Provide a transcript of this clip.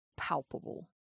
palpable